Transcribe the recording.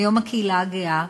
ביום הקהילה הגאה,